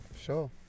Sure